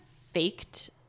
faked